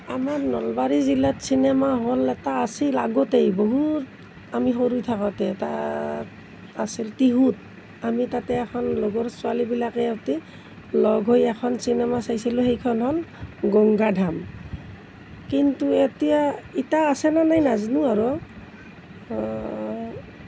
আমাৰ নলবাৰী জিলাত cinema hall এটা আছিল আগতেই বহুত আমি সৰু থাকোঁতে তাত আছিল টিহুত আমি তাতে এখন লগৰ ছোৱালীবিলাকে সৈতে লগ হৈ এখন চিনেমা চাইছিলোঁ সেইখন হ'ল গংগাধাম কিন্তু এতিয়া এতিয়া আছেনে নাই নাজানো আৰু